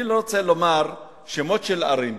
אני לא רוצה לומר שמות של ערים,